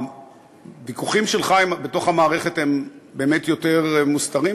הוויכוחים שלך בתוך המערכת הם באמת יותר מוסתרים,